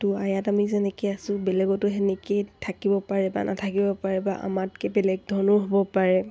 ত' ইয়াত আমি যেনেকৈ আছোঁ বেলেগতো তেনেকেই থাকিব পাৰে বা নাথাকিব পাৰে বা আমাতকৈ বেলেগ ধৰণৰো হ'ব পাৰে